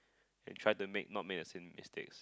and try to make not make the same mistakes